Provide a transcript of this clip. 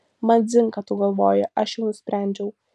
man dzin ką tu galvoji aš jau nusprendžiau